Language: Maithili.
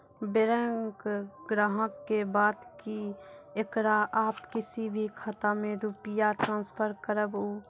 बैंक ग्राहक के बात की येकरा आप किसी भी खाता मे रुपिया ट्रांसफर करबऽ?